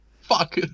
fuck